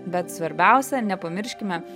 bet svarbiausia nepamirškime